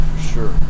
sure